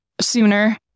sooner